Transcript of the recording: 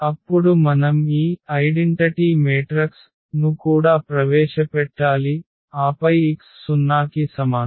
అప్పుడు మనం ఈ ఐడెంటిటీ మాత్రిక ను కూడా ప్రవేశపెట్టాలి ఆపై x 0 కి సమానం